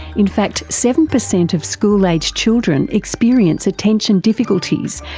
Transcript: in fact seven percent of school aged children experience attention difficulties,